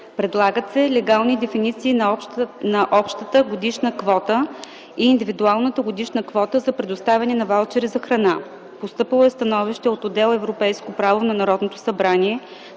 Предлагат се легални дефиниции на общата годишна квота и индивидуалната годишна квота за предоставяне на ваучери за храна. Постъпило е становище от отдел „Европейско право” на Народното събрание,